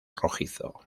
rojizo